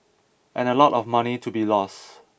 and a lot of money to be lost